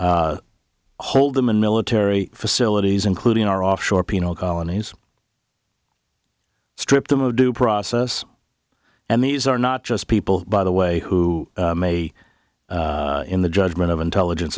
hold them in military facilities including our offshore penal colonies strip them of due process and these are not just people by the way who may in the judgment of intelligence